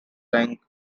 link